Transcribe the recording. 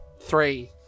Three